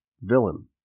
villain